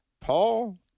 Paul